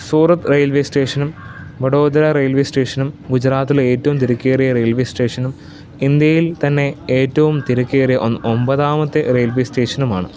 സൂറത്ത് railway സ്റ്റേഷനും Vadodara railway സ്റ്റേഷനും ഗുജറാത്തിലെ ഏറ്റവും തിരക്കേറിയ റെയിൽവേ സ്റ്റേഷനും ഇൻഡ്യയിൽ തന്നെ ഏറ്റവും തിരക്കേറിയ ഒ ഒമ്പതാമത്തെ റെയിൽവേ സ്റ്റേഷനുമാണ്